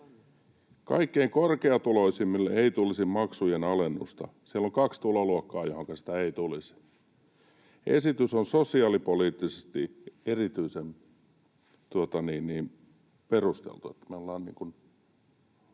Kaikkein korkeatuloisimmille ei tulisi maksujen alennusta. Siellä on kaksi tuloluokkaa, johonka sitä ei tulisi. On sosiaalipoliittisesti erityisen perusteltua,